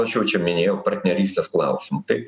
aš jau čia minėjau partnerystės klausimu taip